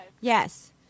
yes